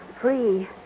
free